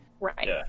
Right